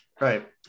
Right